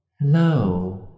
hello